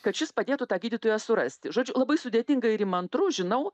kad šis padėtų tą gydytoją surasti žodžiu labai sudėtingą ir įmantru žinau